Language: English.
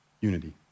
unity